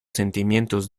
sentimientos